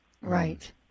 Right